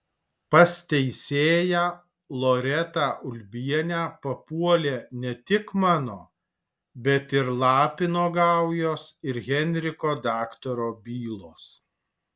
pas teisėją loretą ulbienę papuolė ne tik mano bet ir lapino gaujos ir henriko daktaro bylos